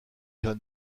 john